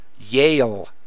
Yale